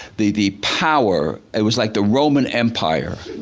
the the power, it was like the roman empire.